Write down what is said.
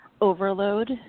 overload